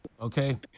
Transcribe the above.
Okay